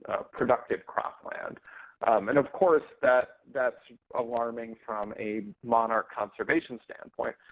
productive cropland. and of course that that's alarming from a monarch conservation standpoint.